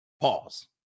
Pause